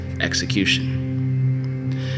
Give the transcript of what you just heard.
execution